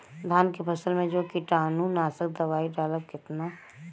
धान के फसल मे जो कीटानु नाशक दवाई डालब कितना?